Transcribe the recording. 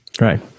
right